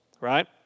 right